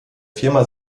firma